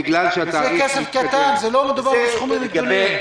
וזה כסף קטן, לא מדובר על סכומים גדולים.